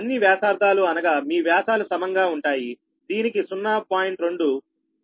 అన్ని వ్యాససార్ధాలు అనగా మీ వ్యాసాలు సమంగా ఉంటాయి దీనికి 0